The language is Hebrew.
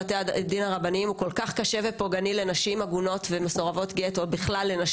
השיפוט בבתי הדין הרבניים בגלל שהכול שם בדלתיים סגורות נאמרים